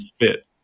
fit